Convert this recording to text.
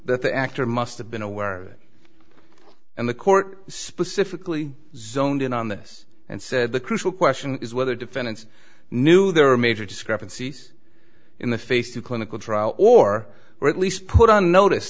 that the actor must have been aware and the court specifically zoned in on this and said the crucial question is whether defendants knew there were major discrepancies in the face of clinical trial or at least put on notice